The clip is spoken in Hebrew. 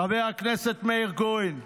חבר הכנסת מאיר כהן,